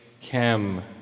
Chem